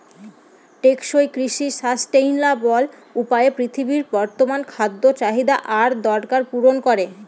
টেকসই কৃষি সাস্টেইনাবল উপায়ে পৃথিবীর বর্তমান খাদ্য চাহিদা আর দরকার পূরণ করে